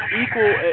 equal